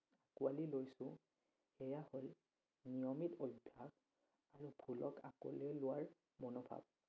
আঁকুৱালি লৈছোঁ এয়া হ'ল নিয়মিত অভ্যাস আৰু ভুলক আঁকোৱালি লোৱাৰ মনোভাৱ